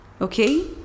Okay